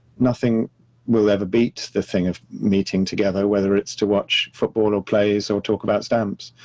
nothing will ever beat the thing of meeting together, whether it's to watch football, or plays, or talk about stamps.